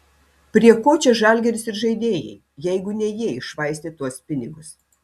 prie ko čia žalgiris ir žaidėjai jeigu ne jie iššvaistė tuos pinigus